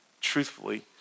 truthfully